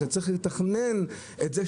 אתה צריך לתכנן את זה,